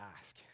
ask